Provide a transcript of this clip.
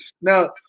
Now